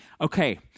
okay